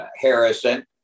Harrison